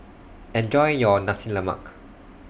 Enjoy your Nasi Lemak